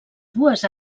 dues